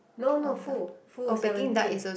no no full full is seventy